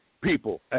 people